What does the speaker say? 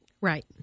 Right